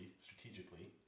strategically